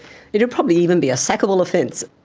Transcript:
it would probably even be a sackable offence.